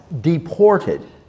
deported